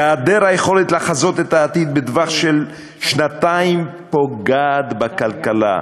היעדר היכולת לחזות את העתיד בטווח של שנתיים פוגע בכלכלה,